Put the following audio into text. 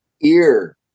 ear